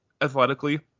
athletically